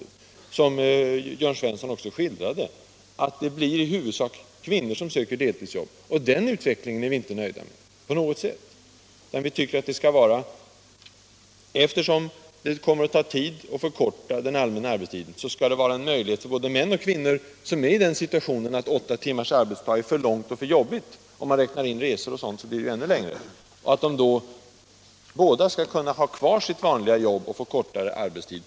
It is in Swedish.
Det blir, som Jörn Svensson också skildrade, i huvudsak kvinnor som söker deltidsjobb, och den utvecklingen är vi inte nöjda med på något sätt. Eftersom det kommer att ta tid att förkorta den allmänna arbetstiden, skall det vara möjligt för både män och kvinnor, som är i en situation där åtta timmars arbetsdag är för lång och för jobbig - om man räknar in resor och sådant är den ännu längre — att behålla sitt vanliga jobb, men med kortare arbetstid.